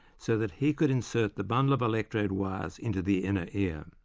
so that he could insert the bundle of electrode wires into the inner ear.